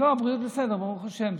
לא, הבריאות בסדר, ברוך השם.